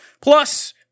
Plus